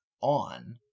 on